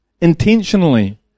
intentionally